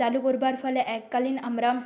চালু করবার ফলে এককালীন আমরা